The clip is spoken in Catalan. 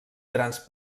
grans